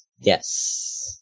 Yes